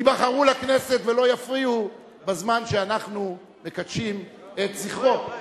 ייבחרו לכנסת ולא יפריעו בזמן שאנחנו מקדשים את זכרו.